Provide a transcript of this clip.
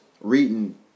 reading